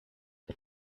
jag